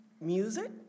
music